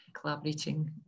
collaborating